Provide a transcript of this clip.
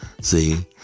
See